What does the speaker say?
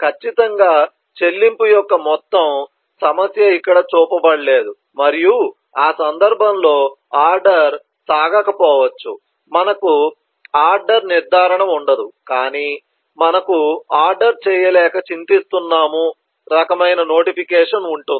ఖచ్చితంగా చెల్లింపు యొక్క మొత్తం సమస్య ఇక్కడ చూపబడలేదు మరియు ఆ సందర్భంలో ఆర్డర్ సాగకపోవచ్చు మనకు ఆర్డర్ నిర్ధారణ ఉండదు కాని మనకు ఆర్డర్ చేయలేక చింతిస్తున్నాము రకమైన నోటిఫికేషన్ ఉంటుంది